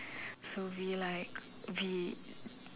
so we like okay